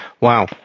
Wow